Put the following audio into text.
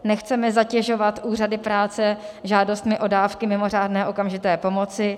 Nechceme zatěžovat úřady práce žádostmi o dávky mimořádné okamžité pomoci.